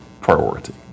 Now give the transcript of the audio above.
priority